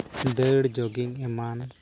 ᱫᱟᱹᱲ ᱡᱳᱜᱤᱝ ᱮᱢᱟᱱ